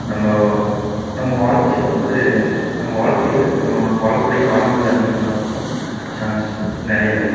நம்ம நம்ம வாழ்க்கையில் வந்து நம்ம வாழ்க்கையில் நம்ம வாழக்கூடிய காலங்கள் அதிகமாகிறதுக்கும் சான்சஸ்ஸு நிறைய இருக்குது